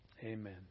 Amen